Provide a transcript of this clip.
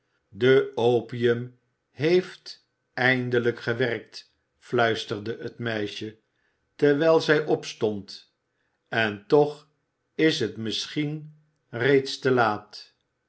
de opium heeft eindelijk gewerkt fluisterde het meisje terwijl zij opstond en toch is het misschien reeds te laat